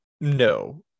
no